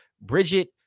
Bridget